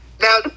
now